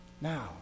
Now